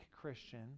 Christian